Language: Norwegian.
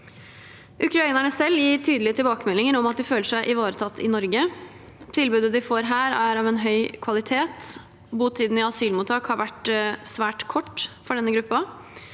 Ukrainerne selv gir tydelige tilbakemeldinger om at de føler seg ivaretatt i Norge. Tilbudet de får her, er av en høy kvalitet. Botiden i asylmottak har vært svært kort for denne gruppen.